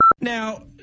Now